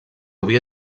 avui